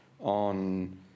on